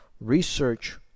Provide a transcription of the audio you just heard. Research